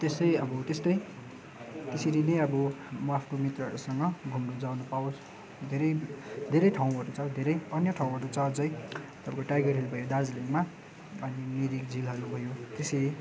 त्यसै अब त्यस्तै त्यसरी नै अब म आफ्नो मित्रहरूसँग घुम्न जान पाओस् धेरै धेरै ठाउँहरू छ धेरै अन्य ठाउँहरू छ अझै तपाईँको टाइगर हिल भयो दार्जिलिङमा अनि मिरिक झिलहरू भयो त्यसरी